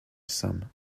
some